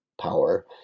power